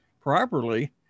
properly